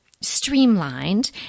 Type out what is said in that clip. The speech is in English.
streamlined